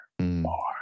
more